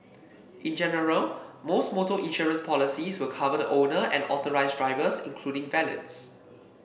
in general most motor insurance policies will cover the owner and authorised drivers including valets